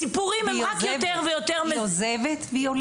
והסיפורים הם רק יותר ויותר --- והיא עוזבת והיא הולכת.